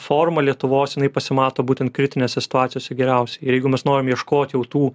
forma lietuvos jinai pasimato būtent kritinėse situacijose geriausiai jeigu mes norim ieškot jau tų